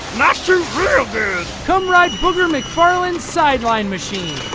shoot real good come ride booger mcfarland's sideline machine!